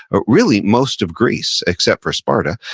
ah really, most of greece, except for sparta,